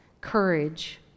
courage